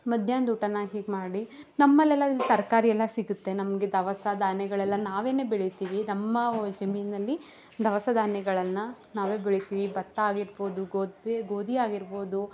ಮದ್ಯಾಹ್ನ ಊಟನ ಹೀಗೆ ಮಾಡಿ ನಮ್ಮಲ್ಲೆಲ್ಲ ತರಕಾರಿ ಎಲ್ಲ ಸಿಗುತ್ತೆ ನಮಗೆ ದವಸ ಧಾನ್ಯಗಳೆಲ್ಲ ನಾವೇ ಬೆಳಿತೀವಿ ನಮ್ಮ ಜಮೀನಿನಲ್ಲಿ ದವಸ ಧಾನ್ಯಗಳನ್ನ ನಾವೇ ಬೆಳೀತೀವಿ ಭತ್ತ ಆಗಿರ್ಬೋದು ಗೋಧಿ ಗೋಧಿ ಆಗಿರ್ಬೋದು